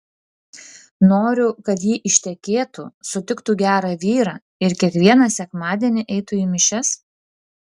noriu kad ji ištekėtų sutiktų gerą vyrą ir kiekvieną sekmadienį eitų į mišias